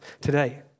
today